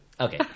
Okay